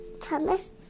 Thomas